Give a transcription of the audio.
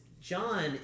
John